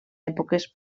èpoques